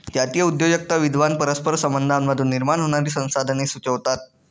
जातीय उद्योजकता विद्वान परस्पर संबंधांमधून निर्माण होणारी संसाधने सुचवतात